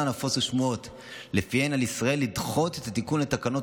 נפוצו שמועות לפיהן על ישראל לדחות את התיקון לתקנות